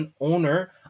owner